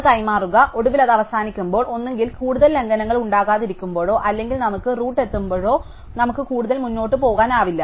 അത് കൈമാറുക ഒടുവിൽ അത് അവസാനിക്കുമ്പോൾ ഒന്നുകിൽ കൂടുതൽ ലംഘനങ്ങൾ ഉണ്ടാകാതിരിക്കുമ്പോഴോ അല്ലെങ്കിൽ നമുക്ക് റൂട്ട് എത്തുമ്പോഴോ നമുക്ക് കൂടുതൽ മുന്നോട്ട് പോകാനാകില്ല